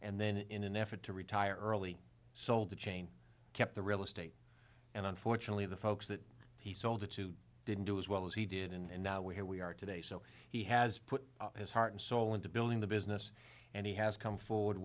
and then in an effort to retire early sold the chain kept the real estate and unfortunately the folks that he sold it to didn't do as well as he did and now we have we are today so he has put his heart and soul into building the business and he has come forward